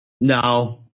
no